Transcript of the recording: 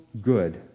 good